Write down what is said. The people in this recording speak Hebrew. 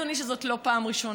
אדוניף שזאת לא פעם ראשונה,